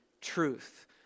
truth